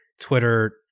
Twitter